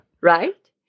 Right